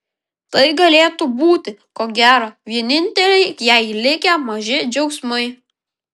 tai galėtų būti ko gero vieninteliai jai likę maži džiaugsmai